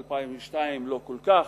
2002-2001 לא כל כך,